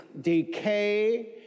decay